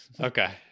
Okay